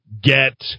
get